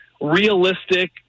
realistic